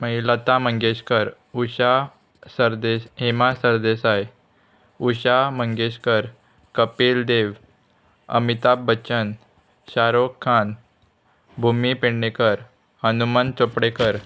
मागी लता मंगेशकर उशा सरदे हेमा सरदेसाय उशा मंगेशकर कपील देव अमिताभ बच्चन शाहरूख खान भुमी पेडणेकर हनुमंत चोपडेकर